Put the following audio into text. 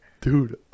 Dude